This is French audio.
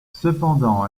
cependant